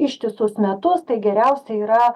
ištisus metus tai geriausia yra